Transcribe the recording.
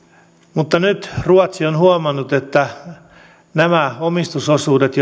mutta nyt ruotsi on huomannut että näiden omistusosuuksien